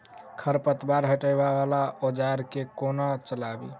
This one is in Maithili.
खरपतवार हटावय वला औजार केँ कोना चलाबी?